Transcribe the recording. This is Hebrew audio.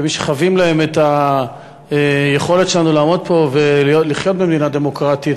כמי שחבים להם את היכולת שלנו לעמוד פה ולחיות במדינה דמוקרטית,